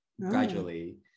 gradually